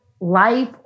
life